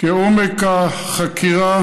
כעומק החקירה